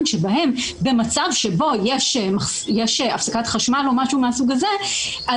שבהם במצב שבו יש הפסקת חשמל או משהו מהסוג הזה,